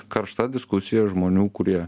karšta diskusija žmonių kurie